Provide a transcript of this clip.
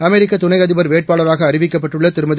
அமெரிக்கதுணைஅதிபர் வேட்பாளராகஅறிவிக்கப்பட்டுள்ளதிருமதி